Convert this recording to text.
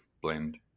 blend